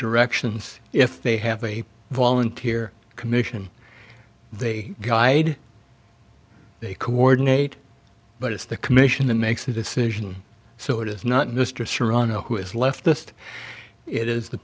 directions if they have a volunteer commission they guide they coordinate but it's the commission the makes the decision so it is not mr serrano who is leftist it is the